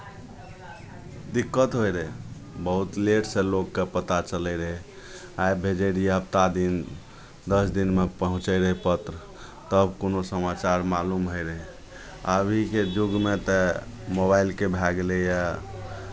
दिक्कत होइ रहै बहुत लेटसँ लोककेँ पता चलै रहै आइ भेजै रहियै हफ्ता दिन दस दिनमे पहुँचै रहै पत्र तब कोनो समाचार मालूम होइ रहै अभीके युगमे तऽ मोबाइलके भए गेलैए